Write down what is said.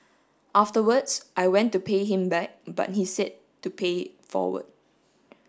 afterwards I went to pay him back but he said to pay forward